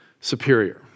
superior